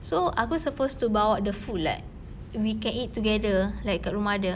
so aku supposed to bawa the food like we can eat together like kat rumah dia